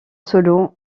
solo